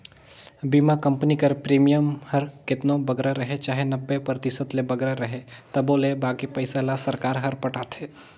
बीमा कंपनी कर प्रीमियम हर केतनो बगरा रहें चाहे नब्बे परतिसत ले बगरा रहे तबो ले बाकी पइसा ल सरकार हर पटाथे